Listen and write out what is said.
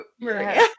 Maria